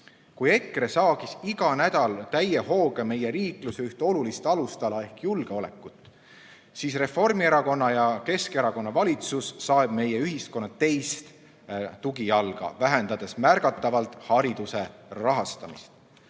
Kui EKRE saagis iga nädal täie hooga meie riikluse olulist alustala ehk julgeolekut, siis Reformierakonna ja Keskerakonna valitsus saeb meie ühiskonna teist tugijalga, vähendades märgatavalt hariduse rahastamist.